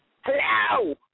Hello